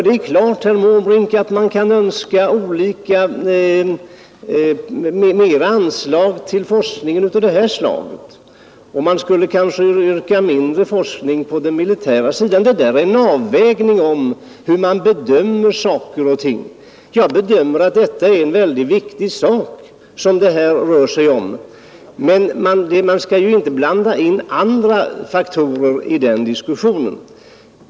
Det är klart, Onsdagen den herr Måbrink, att man kan önska mer anslag till forskning av det här 26 april 1972 slaget, och man skulle kanske yrka mindre till forskningen på den ———— militära sidan. Det är en avvägning om hur man bedömer saker och ting. Förbud d Jag bedömer att det är en väldigt viktig sak som det här rör sig om. Men mot spridning av man skall ju inte blanda in andra faktorer i den diskussionen.